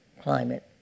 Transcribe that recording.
climate